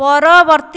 ପରବର୍ତ୍ତୀ